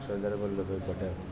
Sardar Vallabhbhai Patel